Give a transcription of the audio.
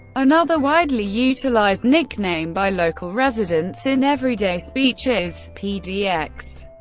another widely utilized nickname by local residents in everyday speech is pdx,